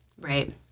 right